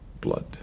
blood